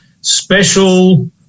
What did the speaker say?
special